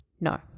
No